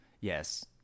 Yes